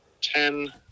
ten